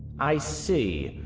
i see.